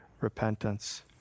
repentance